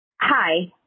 Hi